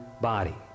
body